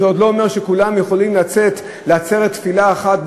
זה עוד לא אומר שכולם יכולים לצאת לעצרת תפילה אחת,